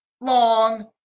long